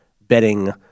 betting